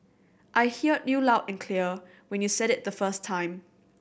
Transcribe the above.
I hear you loud and clear when you said it the first time